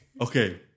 Okay